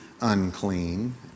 unclean